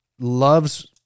loves